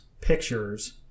pictures